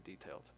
detailed